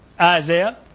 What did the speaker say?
Isaiah